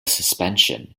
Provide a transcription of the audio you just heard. suspension